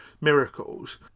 miracles